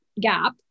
gap